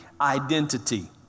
identity